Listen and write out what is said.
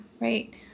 right